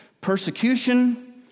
Persecution